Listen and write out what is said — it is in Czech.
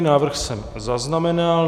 Návrh jsem zaznamenal.